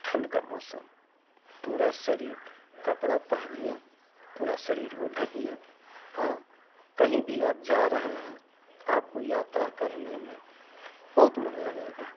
ठंड का मौसम पूरा शरीर कपड़ा पहनिए पूरा शरीर वो ढकिये हाँ कहीं भी आप जा रहें हैं आपको यात्रा करने में बहुत मन लगेगा